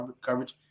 coverage